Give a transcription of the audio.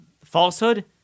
falsehood